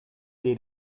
dei